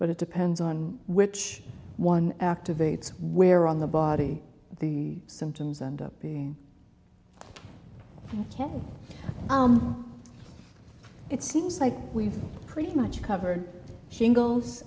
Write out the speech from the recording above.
but it depends on which one activates where on the body the symptoms end up being it seems like we've pretty much covered singles